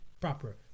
proper